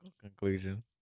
conclusion